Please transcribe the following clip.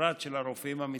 ובפרט של הרופאים המתמחים,